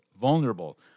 vulnerable